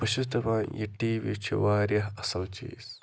بہٕ چھُس دَپان یہِ ٹی وی چھُ واریاہ اَصٕل چیٖز